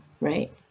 right